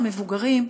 המבוגרים,